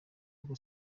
kuko